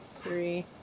three